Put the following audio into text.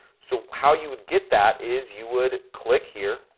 so, how you would get that is you would click here.